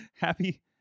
Happy